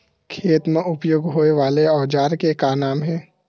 खेत मा उपयोग होए वाले औजार के का नाम हे?